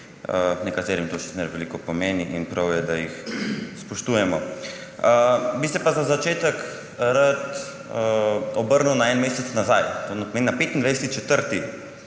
Nekaterim to še zmeraj veliko pomeni in prav je, da jih spoštujemo. Bi se pa za začetek rad obrnil na en mesec nazaj, na 25. 4.,